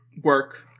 work